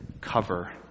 cover